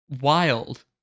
wild